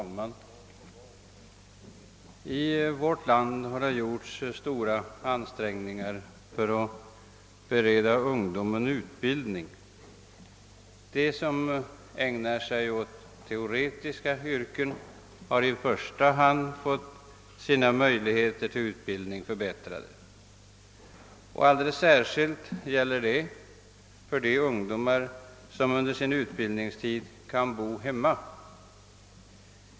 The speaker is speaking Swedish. Herr talman! Det har i vårt land gjorts stora ansträngningar för att bere da ungdomen utbildning. I första hand har de ungdomar som tänker ägna sig åt teoretiska yrken fått sina utbildningsmöjligheter förbättrade. Detta gäller alldeles särskilt för de ungdomar som kan bo hemma under sin utbildningstid.